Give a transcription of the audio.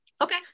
okay